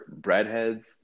breadheads